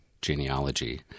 genealogy